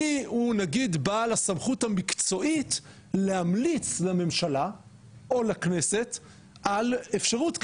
מיהו נגיד בעל הסמכות המקצועית להמליץ לממשלה או לכנסת על אפשרות כזו?